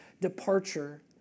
departure